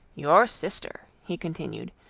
your sister, he continued,